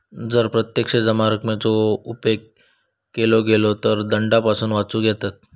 जर प्रत्यक्ष जमा रकमेचो उपेग केलो गेलो तर दंडापासून वाचुक येयत